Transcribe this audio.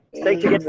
thank you.